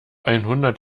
einhundert